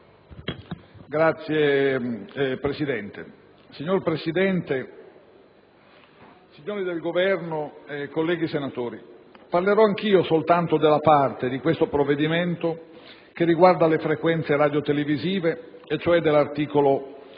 *(PD)*. Signora Presidente, signori del Governo, colleghi senatori, parlerò anch'io soltanto della parte di questo provvedimento che riguarda le frequenze radiotelevisive, cioè dell'articolo